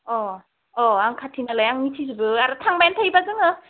अ अ आं खाथि नालाय आं मिथिजोबो आरो थांबायानो थायोब्ला जोङो